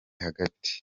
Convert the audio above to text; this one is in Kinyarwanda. hagati